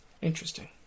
Interesting